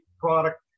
product